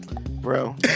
Bro